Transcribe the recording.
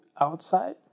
outside